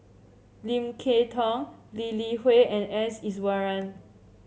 Lim Kay Tong Lee Li Hui and S Iswaran